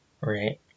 right